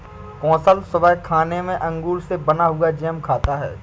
कुशल सुबह खाने में अंगूर से बना हुआ जैम खाता है